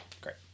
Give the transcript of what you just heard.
Great